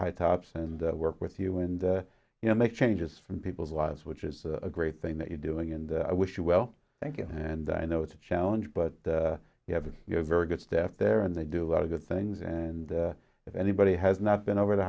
high tops and work with you and you know make changes from people's lives which is a great thing that you're doing and i wish you well thank you and i know it's a challenge but you have a very good staff there and they do a lot of good things and if anybody has not been over the